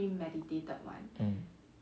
mm